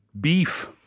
beef